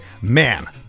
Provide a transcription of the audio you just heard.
man